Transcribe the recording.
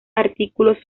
artículos